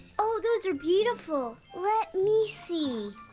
oh, those are beautiful. let me see!